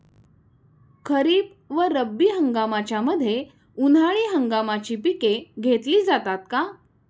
खरीप व रब्बी हंगामाच्या मध्ये उन्हाळी हंगामाची पिके घेतली जातात का?